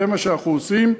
זה מה שאנחנו עושים,